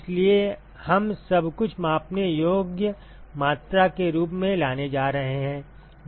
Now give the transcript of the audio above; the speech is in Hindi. इसलिए हम सब कुछ मापने योग्य मात्रा के रूप में लाने जा रहे हैं